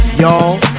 y'all